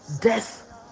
death